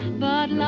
but